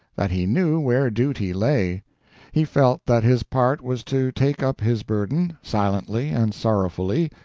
that he knew where duty lay he felt that his part was to take up his burden silently and sorrowfully,